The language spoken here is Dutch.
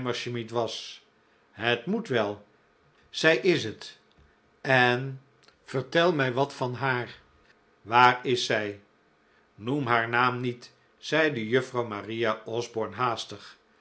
hammersmith was het moet wel zij is het en vertel mij wat van haar waar is zij noem haar naam niet zeide juffrouw maria osborne haastig